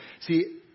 See